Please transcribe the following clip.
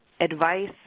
advice